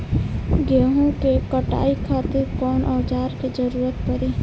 गेहूं के कटाई खातिर कौन औजार के जरूरत परी?